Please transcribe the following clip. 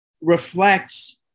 reflects